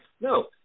No